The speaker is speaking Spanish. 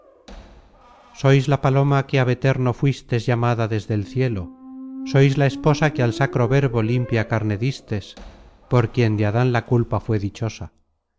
sois la paloma que abeterno fuistes llamada desde el cielo sois la esposa que al sacro verbo limpia carne distes por quien de adan la culpa fué dichosa